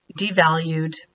devalued